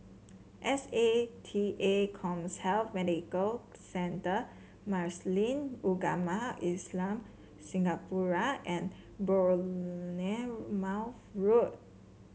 S A T A CommHealth Medical Centre Muslin Ugama Islam Singapura and Bournemouth Road